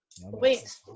Wait